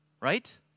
Right